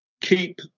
keep